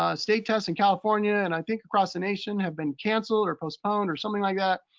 ah state tests in california and i think across the nation have been canceled or postponed or something like that.